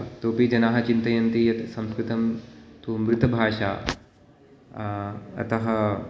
इतोपि जनाः चिन्तयन्ति यत् संस्कृतं तु मृतभाषा अतः